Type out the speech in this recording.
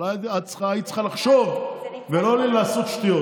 אבל את היית צריכה לחשוב ולא לעשות שטויות.